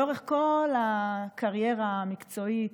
לאורך כל הקריירה המקצועית,